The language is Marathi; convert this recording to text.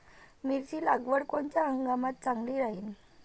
मिरची लागवड कोनच्या हंगामात चांगली राहीन?